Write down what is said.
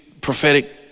prophetic